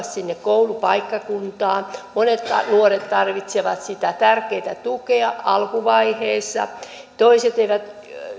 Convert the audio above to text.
sinne koulupaikkakuntaan monet nuoret tarvitsevat sitä tärkeätä tukea alkuvaiheessa toiset eivät